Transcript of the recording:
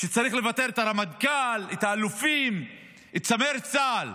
שצריך לפטר את הרמטכ"ל, את האלופים, את צמרת צה"ל,